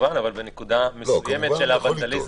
אבל בנקודה מסוימת של הוונדליזם,